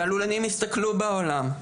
הלולנים הסתכלו בעולם.